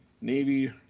Navy